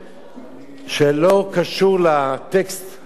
שלא קשור לטקסט הפנימי שלו,